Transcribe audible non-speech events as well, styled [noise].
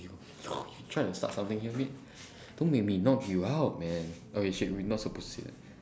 you [noise] you trying to start something here mate [breath] don't make me knock you out man okay shit we are not supposed to say that